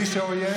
ממש לא.